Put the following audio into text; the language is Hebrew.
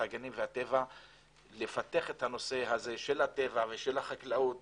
הגנים והטבע לפתח את הנושא של הטבע ושל החקלאות